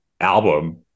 album